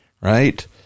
right